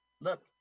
Look